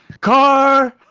car